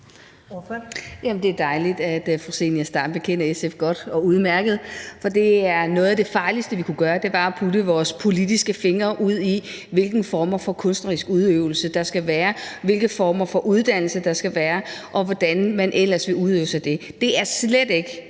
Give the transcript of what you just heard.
Det er dejligt, at fru Zenia Stampe kender SF godt, for noget af det farligste, vi kunne gøre, var at stikke vores politiske fingre ned i, hvilke former for kunstnerisk udøvelse der skal være, hvilke former for uddannelser der skal være, og hvordan man ellers vil udøve det. Det er slet ikke